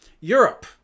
Europe